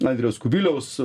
andriaus kubiliaus